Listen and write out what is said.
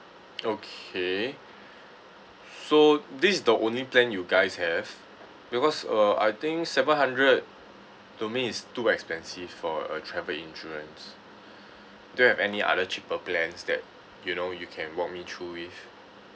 okay so this is the only plan you guys have because uh I think seven hundred to me is too expensive for a travel insurance do you have any other cheaper plans that you know you can walk me through with